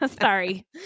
sorry